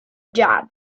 job